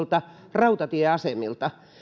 rautatieasemilta